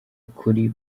kuri